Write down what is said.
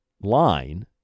line